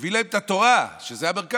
הביא להם את התורה, שזה המרכז.